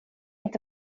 inte